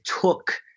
took